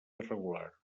irregular